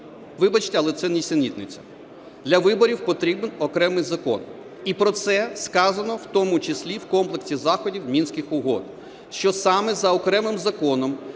Вибачте, але це нісенітниця. Для виборів потрібен окремий закон. І про це сказано в тому числі в комплексі заходів Мінських угод, що саме за окремим законом,